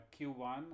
Q1